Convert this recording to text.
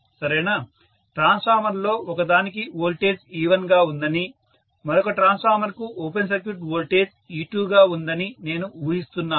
సరేనా ట్రాన్స్ఫార్మర్లలో ఒకదానికి వోల్టేజ్ E1 గా ఉందని మరొక ట్రాన్స్ఫార్మర్కు ఓపెన్ సర్క్యూట్ వోల్టేజ్ E2 గా ఉందని నేను ఊహిస్తున్నాను